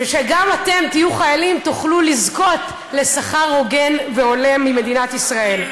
וכשגם אתם תהיו חיילים תוכלו לזכות לשכר הוגן והולם ממדינת ישראל.